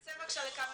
צא לכמה דקות.